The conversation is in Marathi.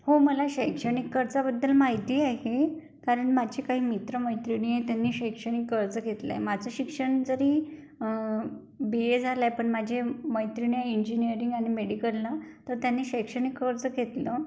हो मला शैक्षणिक कर्जाबद्दल माहिती आहे कारण माझे काही मित्र मैत्रिणी आहे त्यांनी शैक्षणिक कर्ज घेतलं आहे माझं शिक्षण जरी बी ए झालं आहे पण माझे मैत्रिणी आहे इंजिनिअरिंग आणि मेडिकलला तर त्यांनी शैक्षणिक कर्ज घेतलं